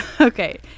Okay